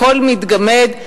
הכול מתגמד,